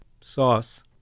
sauce